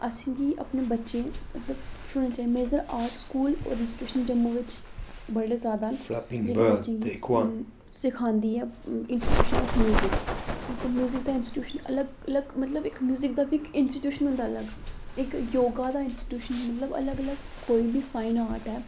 असें गी अपने बच्चें गी मतलब छोड़ना चाहिदा मेजर आर्ट स्कूल और इंस्टीट्यूशन जम्मू बिच्च बड़े जैदा न जेह्के बच्चें गी सखांदी ऐ इंस्टीट्यूशन आफ म्युजिक मतलब म्युजिक दा इंस्टीट्यूशन अलग अलग मतलब इक म्यूजिक दा बी इक इंस्टीट्यूशन होंदा अलग इक योगा दा इंस्टीट्यूशन मतलब अलग अलग कोई बी फाईन आर्ट ऐ